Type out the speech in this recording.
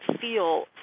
feel